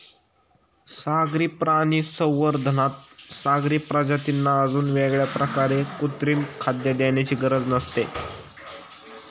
सागरी प्राणी संवर्धनात सागरी प्रजातींना अजून वेगळ्या प्रकारे कृत्रिम खाद्य देण्याची गरज नसते